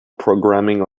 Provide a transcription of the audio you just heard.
programming